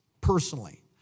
personally